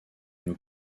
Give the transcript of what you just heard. nous